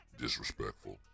disrespectful